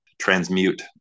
transmute